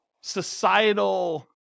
societal